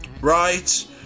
right